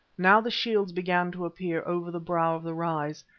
now the shields began to appear over the brow of the rise.